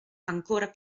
ancora